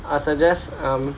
I suggest um